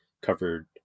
covered